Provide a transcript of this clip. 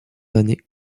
années